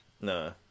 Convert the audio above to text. no